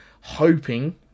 hoping